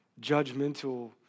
judgmental